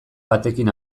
batekin